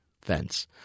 fence